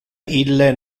ille